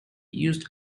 used